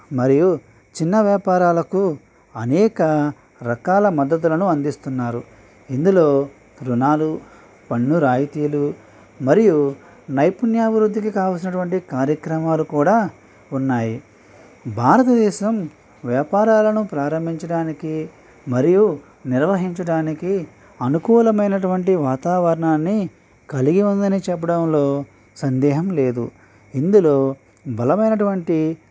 మరియు చిన్న వ్యాపారాలకు అనేక రకాల మద్దతులను అందిస్తున్నారు ఇందులో రుణాలు పన్ను రాయితీలు మరియు నైపుణ్యాభివృద్ధికి కావలసినటువంటి కార్యక్రమాలు కూడా ఉన్నాయి భారతదేశం వ్యాపారాలను ప్రారంభించడానికి మరియు నిర్వహించడానికి అనుకూలమైనటువంటి వాతావరణన్ని కలిగి ఉందని చెప్పడంలో సందేహం లేదు ఇందులో బలమైనటువంటి